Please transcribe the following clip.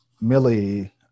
Millie